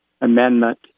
amendment